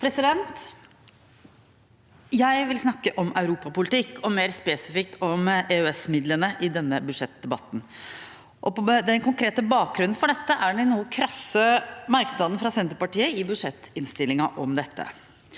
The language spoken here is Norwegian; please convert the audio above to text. Jeg vil snakke om europapolitikk, og mer spesifikt om EØS-midlene, i denne budsjettdebatten. Den konkrete bakgrunnen for det er den noe krasse merknaden fra Senterpartiet i budsjettinnstillingen om dette.